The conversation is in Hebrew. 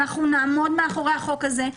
אנחנו נעמוד מאחורי החוק הזה.